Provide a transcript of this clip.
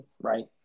right